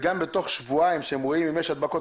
גם בתוך שבועיים שהם רואים אם יש הדבקות,